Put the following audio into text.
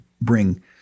bring